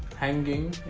hanging